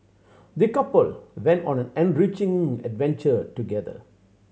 the couple went on an enriching adventure together